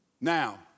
Now